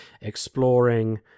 exploring